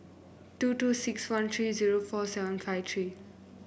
two two six one three zero four seven five three